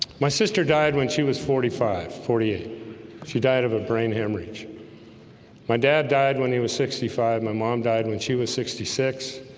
my sister died when she was forty five forty eight she died of a brain hemorrhage my dad died when he was sixty five, my mom died when she was sixty six